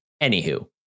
anywho